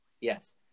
Yes